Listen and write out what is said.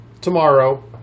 tomorrow